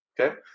Okay